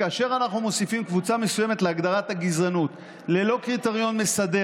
כאשר אנחנו מוסיפים קבוצה מסוימת להגדרת הגזענות ללא קריטריון מסדר,